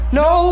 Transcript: no